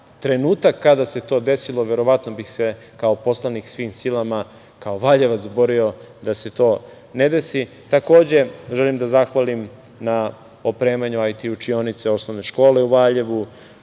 trenutak kada se to desilo, verovatno bih se kao poslanik, svim silama, kao Valjevac, borio da se to ne desi. Takođe, želim da zahvalim na opremanju IT učionice osnovne škole u Valjevu.